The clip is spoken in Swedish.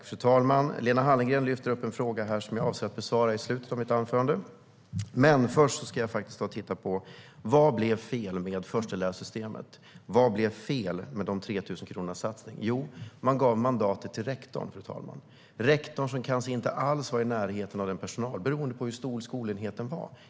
Fru talman! Lena Hallengren ställer en fråga som jag avser att besvara i slutet av min replik. Först ska jag dock titta på vad som blev fel med förstelärarsystemet. Vad blev fel med 3 000-kronorssatsningen? Jo, man gav mandatet till rektorn, fru talman - rektorn som kanske inte alls var i närheten av personalen, beroende på hur stor skolenheten var.